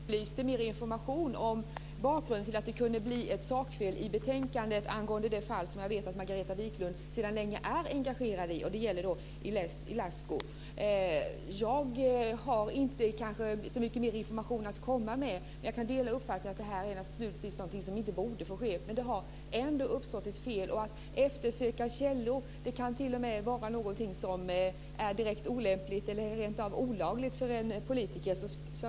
Fru talman! Margareta Viklund efterlyste mer information om bakgrunden till att det kunde bli ett sakfel i betänkandet angående det fall som Margareta Viklund sedan länge är engagerad i. Det gäller Ilie Ilascu. Jag har inte så mycket mer information att komma med. Jag kan dela uppfattningen att det naturligtvis inte borde få ske. Det har ändå uppstått ett fel. Att eftersöka källor kan vara direkt olämpligt eller rentav olagligt för en politiker.